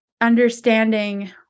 understanding